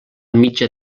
mitja